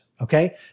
okay